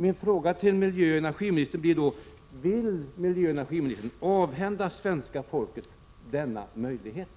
Min fråga till miljöoch energiministern blir då: Vill miljöoch energiministern avhända svenska folket denna möjlighet?